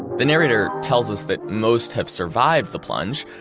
the narrator tells us that most have survived the plunge,